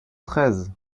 treize